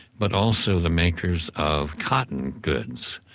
but also the makers of cotton goods,